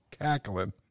cackling